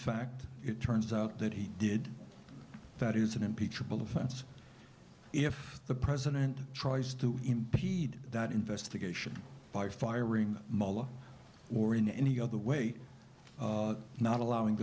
fact it turns out that he did that is an impeachable offense if the president tries to impede that investigation by firing molo or in any other way not allowing